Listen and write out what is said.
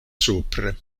supre